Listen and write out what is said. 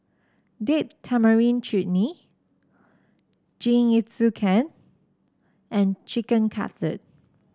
Date Tamarind Chutney Jingisukan and Chicken Cutlet